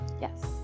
Yes